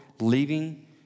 leaving